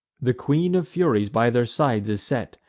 the queen of furies by their sides is set,